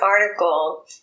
article